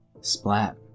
Splat